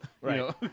right